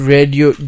Radio